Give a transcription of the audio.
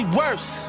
worse